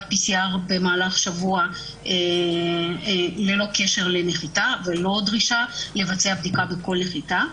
PCR במהלך שבוע ללא קשר לנחיתה ולא דרישה לבצע בדיקה בכל נחיתה.